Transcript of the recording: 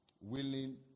Willing